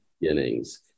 beginnings